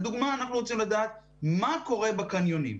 לדוגמה, אנחנו רוצים לדעת מה קורה בקניונים.